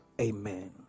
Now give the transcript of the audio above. Amen